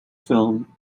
film